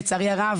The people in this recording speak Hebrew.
לצערי הרב,